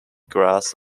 grass